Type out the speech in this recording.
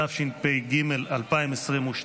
התשפ"ג 2022,